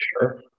Sure